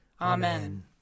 Amen